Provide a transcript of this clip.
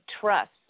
trust